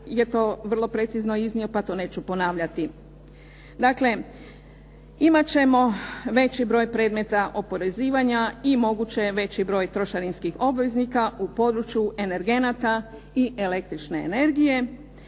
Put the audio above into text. ćemo veći broj predmeta oporezivanja i moguće je veći broj trošarinskih obveznika u području energenata i električne energije.